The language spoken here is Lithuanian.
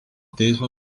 teismo